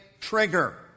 trigger